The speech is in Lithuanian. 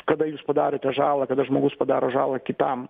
kada jūs padarote žalą kada žmogus padaro žalą kitam